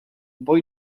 boy